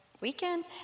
weekend